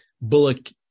Bullock